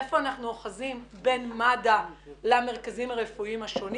היכן אנחנו אוחזים בין מד"א למרכזים הרפואיים השונים,